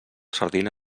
sardina